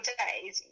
days